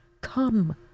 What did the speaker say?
come